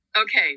Okay